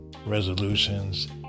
resolutions